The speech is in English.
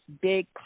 big